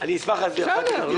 אני אשמח להסביר אחר כך לגברתי.